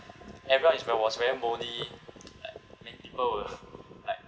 everyone is where was very moody like I mean people will like